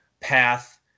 path